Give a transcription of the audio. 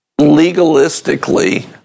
legalistically